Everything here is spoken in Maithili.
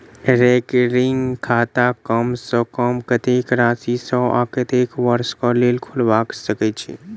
रैकरिंग खाता कम सँ कम कत्तेक राशि सऽ आ कत्तेक वर्ष कऽ लेल खोलबा सकय छी